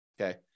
okay